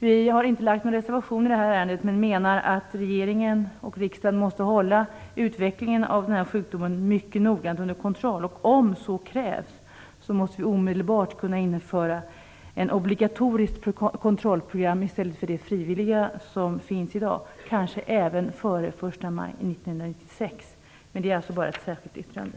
Vi har inte avgett någon reservation i detta ärende men menar att regeringen och riksdagen måste hålla utvecklingen av denna sjukdom under mycket nogrann kontroll. Och om så krävs, måste vi omedelbart kunna införa ett obligatoriskt kontrollprogram i stället för det frivilliga som finns i dag, kanske även före den 1 maj 1996 - men det är bara ett särskilt yttrande.